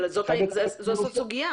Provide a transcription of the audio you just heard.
אבל זאת הסוגיה.